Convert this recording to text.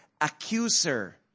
accuser